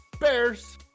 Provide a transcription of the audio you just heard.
Bears